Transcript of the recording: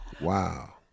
Wow